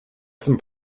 some